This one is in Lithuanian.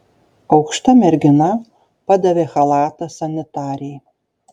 aukšta mergina padavė chalatą sanitarei